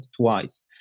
twice